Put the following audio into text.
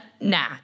nah